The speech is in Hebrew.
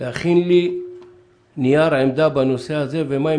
להכין לי נייר עמדה בנושא הזה ומה הם